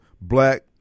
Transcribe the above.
black